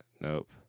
Nope